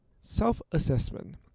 self-assessment